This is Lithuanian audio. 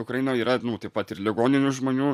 ukrainoj yra nu taip pat ir ligoninių žmonių